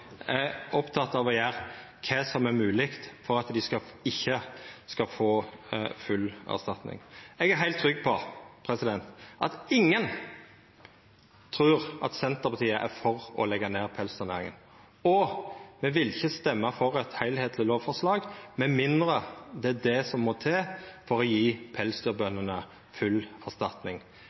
Eg er heilt trygg på at ingen trur at Senterpartiet er for å leggja ned pelsdyrnæringa, og me ville ikkje stemt for eit heilskapleg lovforslag med mindre det er det som må til for å gje pelsdyrbøndene full